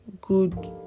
good